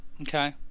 Okay